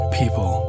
people